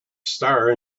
star